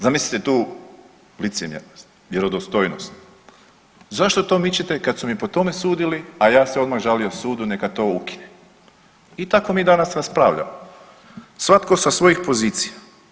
Zamislite tu licemjernost, vjerodostojnost, zašto to mičete kad su mi po tome sudili, a ja se odmah žalio sudu neka to ukine i tako mi danas raspravljamo svatko sa svojih pozicija.